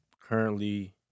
currently